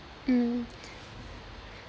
mm